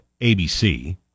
ABC